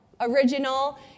Original